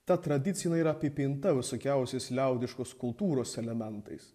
ta tradicija jina yra apipinta visokiausiais liaudiškos kultūros elementais